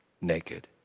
naked